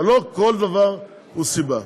אבל לא כל דבר הוא סיבה.